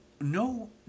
No